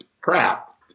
Crap